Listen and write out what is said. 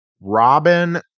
Robin